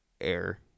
air